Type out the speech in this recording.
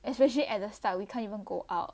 especially at the start we can't even go out